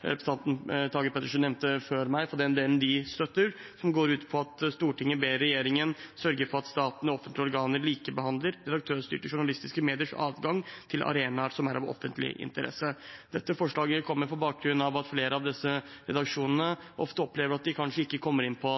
representanten Tage Pettersen nevnte før meg, som de støtter. Det går ut på: «Stortinget ber regjeringen sørge for at staten og offentlige organer likebehandler redaktørstyrte journalistiske mediers adgang til arenaer som er av offentlig interesse.» Dette forslaget kommer på bakgrunn av at flere av disse redaksjonene ofte opplever at de kanskje ikke kommer inn på